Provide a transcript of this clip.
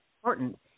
important